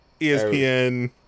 ESPN